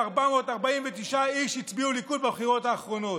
1,352,449 איש הצביעו ליכוד בבחירות האחרונות.